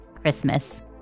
Christmas